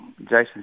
Jason